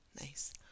Nice